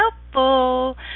helpful